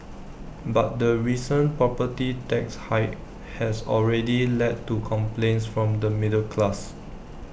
but the recent property tax hike has already led to complaints from the middle class